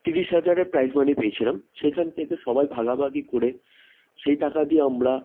তিরিশ হাজারের prize money পেয়েছিলাম সেখান থেকে সবাই ভাগাভাগি করে সেই টাকা দিয়ে আমরা